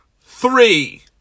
three